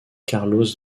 carlos